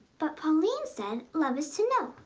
but pauline said love is to know.